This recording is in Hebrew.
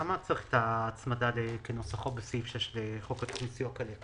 למה צריך את ההצמדה לכנוסחו בסעיף 6 לחוק התכנית לסיוע כלכלי?